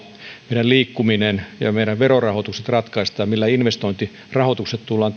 meidän liikkuminen ja meidän verorahoitukset ratkaistaan ja millä investointirahoitukset tullaan